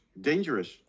dangerous